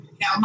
Now